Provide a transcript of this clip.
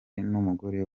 n’umugore